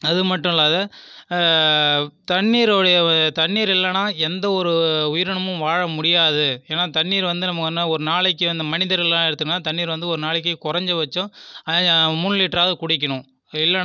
அது மட்டும் இல்லாம தண்ணிருடைய தண்ணீர் இல்லைனா எந்த ஒரு உயிரினமும் வாழ முடியாது ஏன்னா தண்ணீர் வந்து நம்ம என்ன ஒரு நாளைக்கு இந்த மனிதர்கள் எடுத்தோம்ன்னா தண்ணீர் வந்து ஒரு நாளைக்கு கொறைஞ்சபட்சம் மூணு லிட்டராவது குடிக்கணும் இல்லைனா